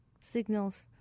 Signals